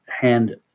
hand